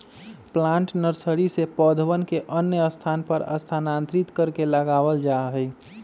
plant nursery से पौधवन के अन्य स्थान पर स्थानांतरित करके लगावल जाहई